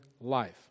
life